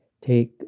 take